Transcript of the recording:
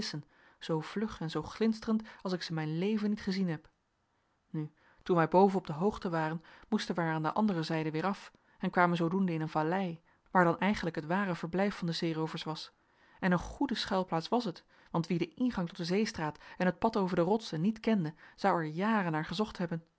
zoo vlug en zoo glinsterend als ik ze mijn leven niet gezien heb nu toen wij boven op de hoogte waren moesten wij er aan de andere zijde weer af en kwamen zoodoende in een vallei waar dan eigenlijk het ware verblijf van de zeeroovers was en een goede schuilplaats was het want wie den ingang tot de zeestraat en het pad over de rots niet kende zou er jaren naar gezocht hebben